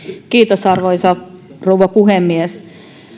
kiitos arvoisa rouva puhemies